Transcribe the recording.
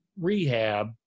rehab